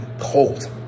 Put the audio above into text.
cold